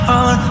on